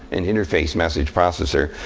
an interface message processor.